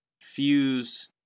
fuse